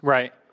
Right